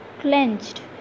clenched